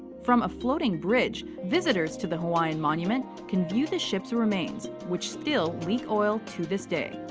from a floating bridge, visitors to the hawaiian monument can view the ship's remains, which still leak oil to this day.